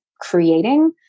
creating